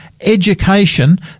education